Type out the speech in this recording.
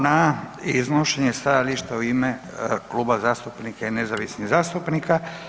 na iznošenje stajališta u ime kluba zastupnika i nezavisnih zastupnika.